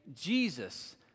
Jesus